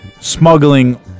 smuggling